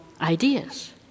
ideas